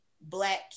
Black